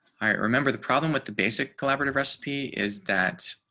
i remember the problem with the basic collaborative recipe is that